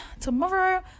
tomorrow